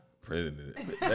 President